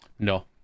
No